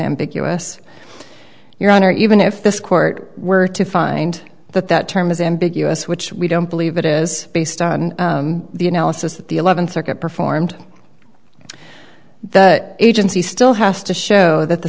ambiguous your honor even if this court were to find that that term is ambiguous which we don't believe it is based on the analysis that the eleventh circuit performed the agency still has to show that the